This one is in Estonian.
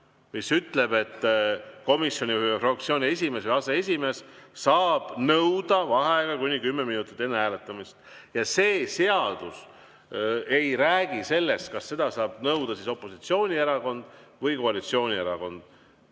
mis ütleb, et komisjoni või fraktsiooni esimees või aseesimees saab nõuda vaheaega kuni kümme minutit enne hääletamist, ja see seaduse[säte] ei räägi sellest, kas seda saab nõuda opositsioonierakond või koalitsioonierakond.